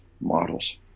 models